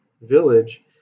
village